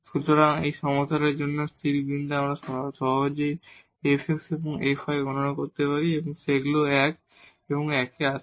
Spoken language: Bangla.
সুতরাং এই সমস্যার জন্য স্থির বিন্দু আমরা সহজেই fx এবং fy গণনা করতে পারি এবং সেগুলি 1 এবং 1 এ আসে